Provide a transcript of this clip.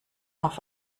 auf